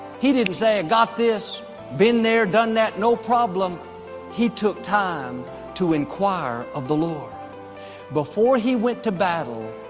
he didn't say i got this been there done that no problem he took time to inquire of the lord before he went to battle.